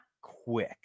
quick